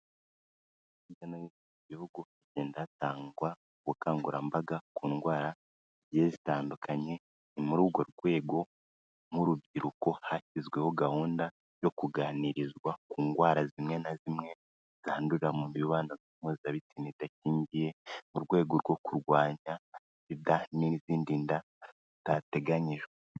Hirya no hino mu gihugu hagenda hatangwa ubukangurambaga ku ndwara zigiye zitandukanye ni mur, urwo rwego nk'urubyiruko hashyizweho gahunda yo kuganirizwa ku ndwara zimwe na zimwe zandurira mu mibonano mpuzabitsina idakingiye mu rwego rwo kurwanya sida n'izindi nda zitateganyijwe.